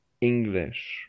English